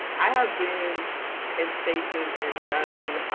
i have been in spaces and done